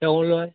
তেওঁও লয়